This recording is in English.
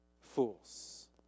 fools